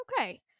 okay